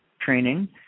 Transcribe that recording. training